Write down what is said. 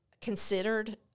considered